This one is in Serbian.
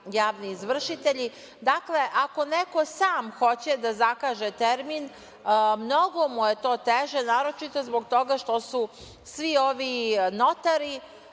javni izvršitelji. Dakle, ako neko sam hoće da zakaže termin, mnogo mu je to teže, naročito zbog toga što su svi ovi notari